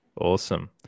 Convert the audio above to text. Awesome